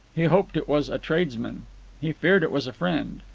he hoped it was a tradesman he feared it was a friend.